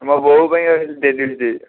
ମୋ ବୋଉ ପାଇଁ ଗୋଟେ ଡେଲି ୟୁଜ୍ ଦେଇଦିଅ